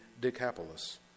Decapolis